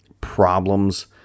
problems